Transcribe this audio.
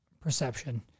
perception